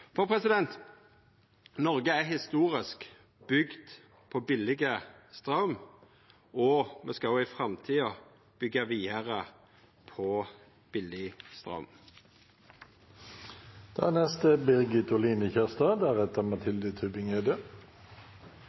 Noreg er historisk bygd på billig straum, og me skal òg i framtida byggja vidare på billig straum. Energi og miljø er